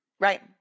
Right